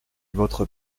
votre